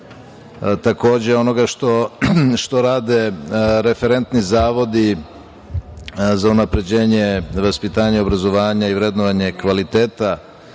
Takođe, onoga što rade referentni zavodi za unapređenje vaspitanja i obrazovanja i vrednovanja kvaliteta